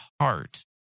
heart